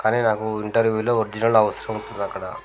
కానీ నాకు ఇంటర్వ్యూలో ఒరిజినల్ అవసరం ఉంటుంది అక్కడ